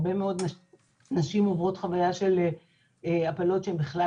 הרבה מאוד נשים עוברות חוויה של הפלות שהן בכלל